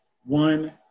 one